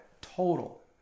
total